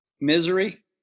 misery